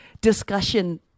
discussion